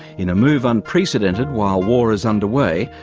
in a move unprecedented while war is under way,